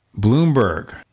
Bloomberg